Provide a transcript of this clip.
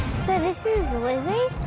so this is lizzy?